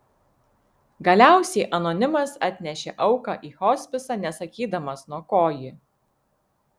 galiausiai anonimas atnešė auką į hospisą nesakydamas nuo ko ji